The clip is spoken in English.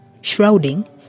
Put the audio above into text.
Shrouding